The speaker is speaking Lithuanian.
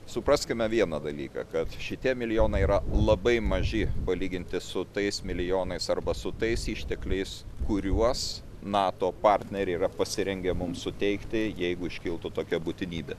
supraskime vieną dalyką kad šitie milijonai yra labai maži palyginti su tais milijonais arba su tais ištekliais kuriuos nato partneriai yra pasirengę mums suteikti jeigu iškiltų tokia būtinybė